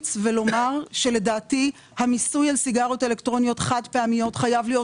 להמליץ ולומר שלדעתי המיסוי על סיגריות אלקטרוניות חד פעמיות חייב להיות